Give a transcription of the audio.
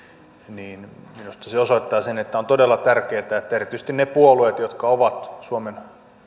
sanon että minusta se osoittaa sen että on todella tärkeää että erityisesti ne puolueet jotka ovat suomen